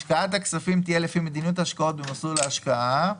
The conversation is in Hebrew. השקעת הכספים תהיה לפי מדיניות השקעות במסלול ההשקעה,